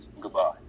goodbye